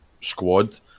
squad